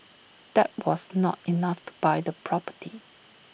that was not enough to buy the property